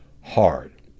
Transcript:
hard